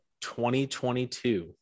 2022